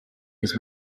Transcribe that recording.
his